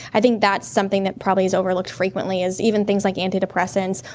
i think that's something that probably is overlooked frequently, as even things like antidepressants,